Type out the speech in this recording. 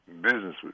business